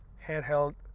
handheld,